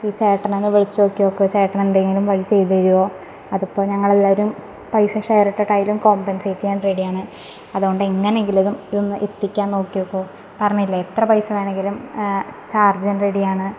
ഈ ചേട്ടനെ ഒന്ന് വിളിച്ച് നോക്കി നോക്കുക ചേട്ടൻ എന്തെങ്കിലും വഴി ചെയ്ത് തരുമോ അത് ഇപ്പോൾ ഞങ്ങൾ എല്ലാവരും പൈസ ഷെയറിട്ടിട്ട് ആയാലും കോമ്പന്സേറ്റ് ചെയ്യാന് റെഡി ആണ് അതുകൊണ്ട് എങ്ങനെ എങ്കിലും ഇത് ഇത് ഒന്ന് എത്തിക്കാന് നോക്കി നോക്കുമോ പറഞ്ഞില്ലെ എത്ര പൈസ വേണമെങ്കിലും ചാര്ജ് ചെയ്യാന് റെഡി ആണ്